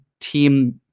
team